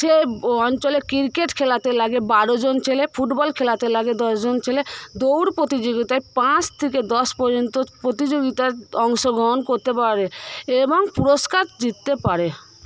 সে অঞ্চলে ক্রিকেট খেলাতে লাগে বারোজন ছেলে ফুটবল খেলাতে লাগে দশজন ছেলে দৌড় প্রতিযোগিতায় পাঁচ থেকে দশ পর্যন্ত প্রতিযোগিতায় অংশগ্রহণ করতে পারে এবং পুরস্কার জিততে পারে